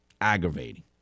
Aggravating